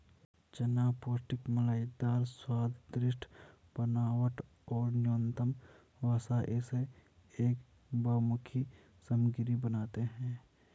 चना पौष्टिक मलाईदार स्वाद, दृढ़ बनावट और न्यूनतम वसा इसे एक बहुमुखी सामग्री बनाते है